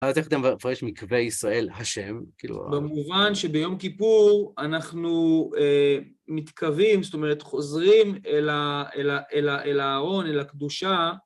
אז איך אתם מפרש מקוה ישראל, השם, כאילו... במובן שביום כיפור אנחנו מתקווים, זאת אומרת, חוזרים אל ההארון, אל הקדושה.